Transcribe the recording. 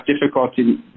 difficulty